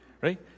Right